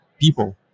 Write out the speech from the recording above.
people